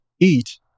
eat